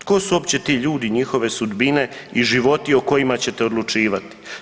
Tko su uopće ti ljudi, njihove sudbine i životi o kojima ćete odlučivati?